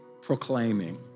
proclaiming